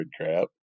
crap